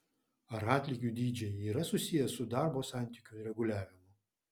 ar atlygių dydžiai yra susiję su darbo santykių reguliavimu